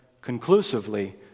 conclusively